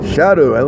Shadow